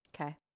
Okay